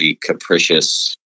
capricious